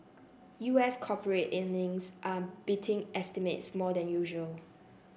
U S corporate earnings are beating estimates more than usual